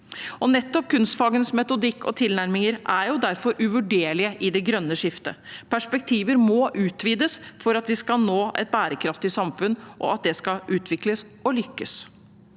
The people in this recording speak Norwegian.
Nettopp kunstfagenes metodikk og tilnærminger er derfor uvurderlige i det grønne skiftet. Perspektiver må utvides for at vi skal nå et bærekraftig samfunn, og at det skal utvikles og lykkes.